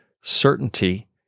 certainty